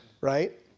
Right